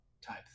type